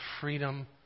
freedom